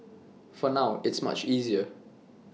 for now it's much easier